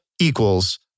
equals